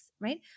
right